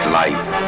life